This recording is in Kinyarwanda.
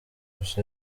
gusa